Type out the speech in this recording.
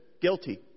Guilty